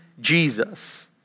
Jesus